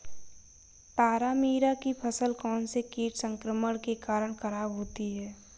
तारामीरा की फसल कौनसे कीट संक्रमण के कारण खराब होती है?